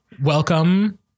Welcome